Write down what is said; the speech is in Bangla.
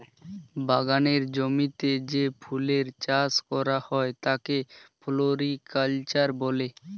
বাগানের জমিতে যে ফুলের চাষ করা হয় তাকে ফ্লোরিকালচার বলে